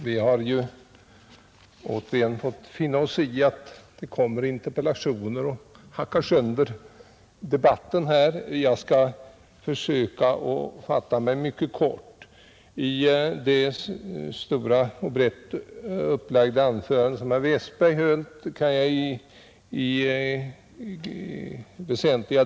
Herr talman! Vi har återigen fått finna oss i att svar på interpellationer hackar sönder debatten. Jag skall försöka att fatta mig mycket kort. Jag kan i väsentliga delar instämma i det stora och brett upplagda anförande som herr Westberg i Ljusdal höll.